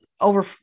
over